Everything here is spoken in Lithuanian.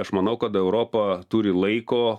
aš manau kad europa turi laiko